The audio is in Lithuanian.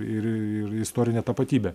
ir ir istorine tapatybe